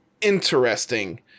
Interesting